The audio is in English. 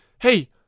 hey